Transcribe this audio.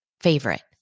favorite